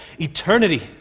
eternity